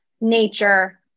nature